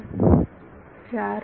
विद्यार्थी चार